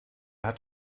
hat